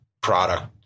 product